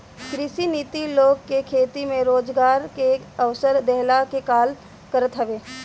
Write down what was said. कृषि नीति लोग के खेती में रोजगार के अवसर देहला के काल करत हवे